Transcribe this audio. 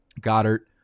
Goddard